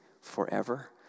forever